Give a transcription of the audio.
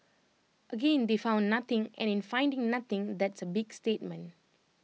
again they found nothing and in finding nothing that's A big statement